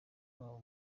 wabo